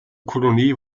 kolonie